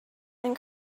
and